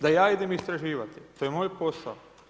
Da ja idem istraživati, to je moj posao?